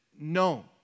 no